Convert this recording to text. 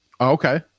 Okay